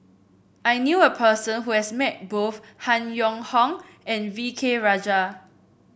I knew a person who has met both Han Yong Hong and V K Rajah